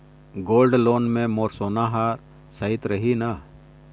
Gold loan मे मोर सोना हा सइत रही न?